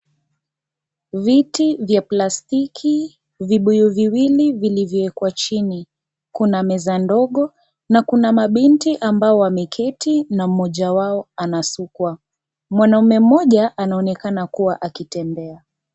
Viti vya plastiki, vibuyu viwili vilivyoekwa chini, kuna meza ndogo na kuna mabinti ambao wameketi na mmoja wao anasukwa. Mwanaume mmoja anaonekana kuwa akitembea.